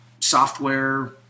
software